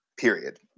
period